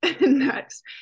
next